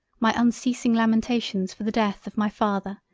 my unceasing lamentations for the death of my father,